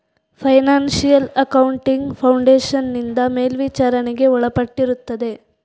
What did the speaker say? financial accounting foundation ನಿಂದ ಮೇಲ್ವಿಚಾರಣೆಗೆ ಒಳಪಟ್ಟಿರುತ್ತದೆ